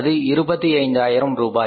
அது 25000 ரூபாய்